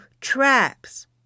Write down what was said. traps